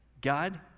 God